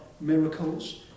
miracles